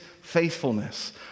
faithfulness